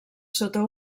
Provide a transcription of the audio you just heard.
sota